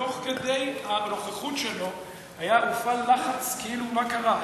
תוך כדי הנוכחות שלו הופעל לחץ כאילו מה קרה.